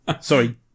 Sorry